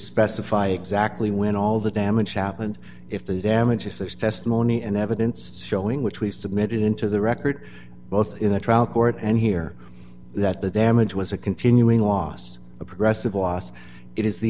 specify exactly when all the damage happened if the damages there's testimony and evidence showing which we've submitted into the record both in the trial court and here that the damage was a continuing loss a progressive loss it is the